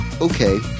okay